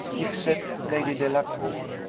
except lady delacour.